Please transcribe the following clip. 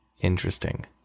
Interesting